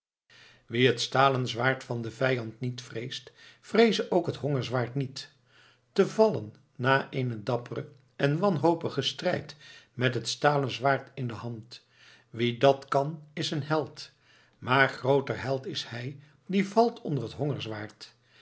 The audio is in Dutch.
wie het stalen zwaard van den vijand niet vreest vreeze ook het hongerzwaard niet te vallen na eenen dapperen en wanhopigen strijd met het stalen zwaard in de hand wie dat kan is een held maar grooter held is hij die valt onder het